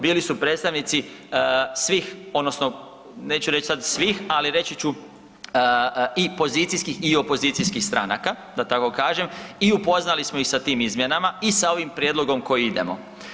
Bili su predstavnici odnosno neću reći sad svih ali reći ću i pozicijskih i opozicijskih stranaka da tako kažem i upoznali smo ih sa tim izmjenama i sa ovim prijedlog koji idemo.